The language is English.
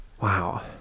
Wow